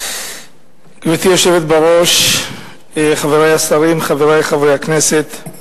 גברתי היושבת בראש, חברי השרים, חברי חברי הכנסת,